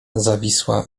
zawisła